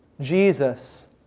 Jesus